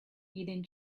hidden